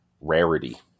rarity